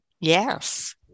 Yes